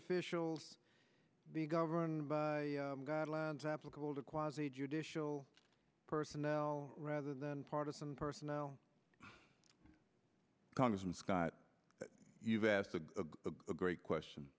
officials be governed by guidelines applicable to quasi judicial personnel rather than partisan personnel congressman scott you've asked a great question